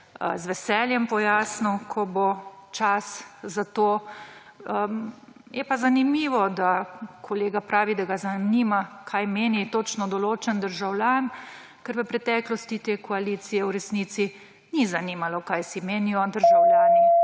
z veseljem pojasnil, ko bo čas za to. Je pa zanimivo, da kolega pravi, da ga zanima, kaj meni točno določen državljan, ker v preteklosti te koalicije v resnici ni zanimalo, kaj si menijo državljani